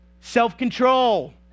self-control